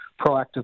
proactive